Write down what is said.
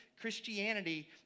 Christianity